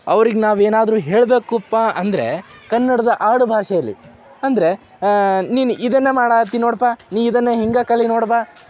ಅವ್ರಿಗೆ ನಾವು ಏನಾದ್ರೂ ಹೇಳ್ಬೇಕಪ್ಪ ಅಂದರೆ ಕನ್ನಡದ ಆಡುಭಾಷೇಲ್ಲಿ ಅಂದರೆ ನೀನು ಇದನ್ನು ಮಾಡ್ತಿ ನೋಡಪ್ಪ ನೀ ಇದನ್ನೇ ಹಿಂಗೆ ಕಲಿ ನೋಡು ಬಾ